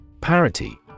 Parity